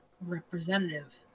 representative